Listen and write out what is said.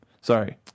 sorry